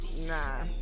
Nah